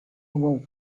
awoke